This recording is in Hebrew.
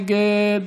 מי נגד?